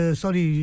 sorry